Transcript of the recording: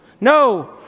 No